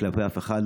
כלפי אף אחד,